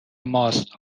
ماست